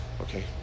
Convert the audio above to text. Okay